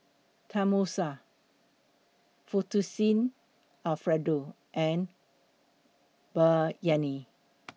Tenmusu Fettuccine Alfredo and Biryani